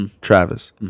Travis